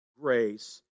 grace